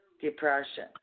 depression